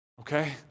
Okay